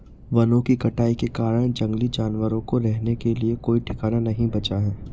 वनों की कटाई के कारण जंगली जानवरों को रहने के लिए कोई ठिकाना नहीं बचा है